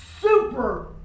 super